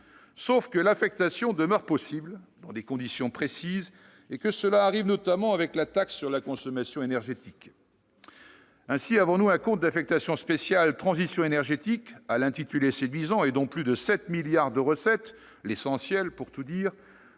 Sauf que l'affectation demeure possible, dans des conditions précises, et que cela arrive notamment avec les taxes sur la consommation énergétique. Ainsi avons-nous un compte d'affectation spéciale « Transition énergétique » à l'intitulé séduisant et dont plus de 7 milliards d'euros de recettes, l'essentiel pour tout dire,